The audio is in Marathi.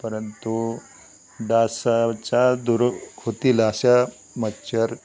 परंतु डासाचा धूर होतील अशा मच्छर